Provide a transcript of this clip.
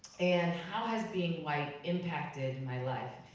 and how has being white impacted my life?